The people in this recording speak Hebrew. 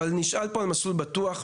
אבל נשאל פה על ׳מסלול בטוח׳,